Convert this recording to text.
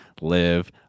live